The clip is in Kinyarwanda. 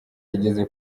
igeze